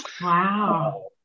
Wow